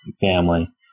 family